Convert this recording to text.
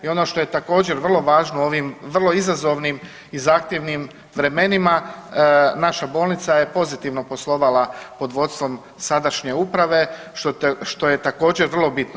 I ono što je također vrlo važno u ovim vrlo izazovnim i zahtjevnim vremenima, naša bolnica je pozitivno poslovala pod vodstvom sadašnje uprave što je također vrlo bitno.